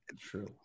true